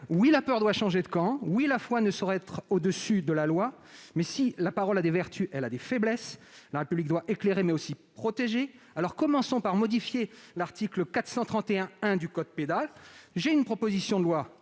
Oui, la peur doit changer de camp ! Oui, la foi ne saurait être au-dessus de la loi ! Mais si la parole a des vertus, elle a des faiblesses. La République doit éclairer, mais aussi protéger. Alors, commençons par modifier l'article 431-1 du code pénal. Je tiens une proposition de loi